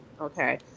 okay